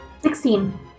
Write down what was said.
Sixteen